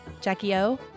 Jackie-o